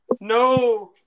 No